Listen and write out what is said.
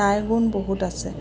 তাইৰ গুণ বহুত আছে